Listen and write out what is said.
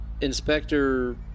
Inspector